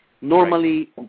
normally